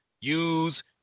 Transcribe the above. use